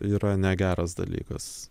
yra negeras dalykas